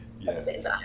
Yes